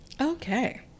Okay